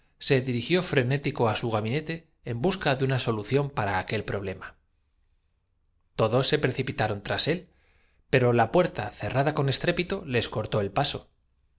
principal dirigió frenético á su gabinete en busca de úna solu objeto de nuestra expedición se ha logrado satisfacto ción para aquel problema riamente todos se precipitaron tras él pero la puerta cerra cuál da con estrépito les cortó el paso